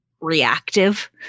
reactive